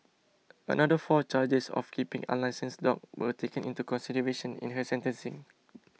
another four charges of keeping unlicensed dogs were taken into consideration in her sentencing